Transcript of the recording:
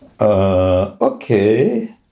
Okay